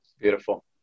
Beautiful